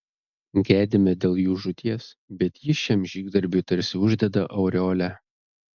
gedime dėl jų žūties bet ji šiam žygdarbiui tarsi uždeda aureolę